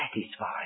satisfied